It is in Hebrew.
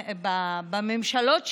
בממשלות שלהן,